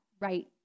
right